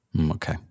okay